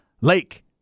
Lake